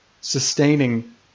sustaining